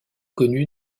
connue